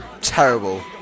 terrible